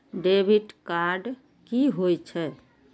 Debit card की होय छे?